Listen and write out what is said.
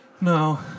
No